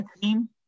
team